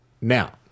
Now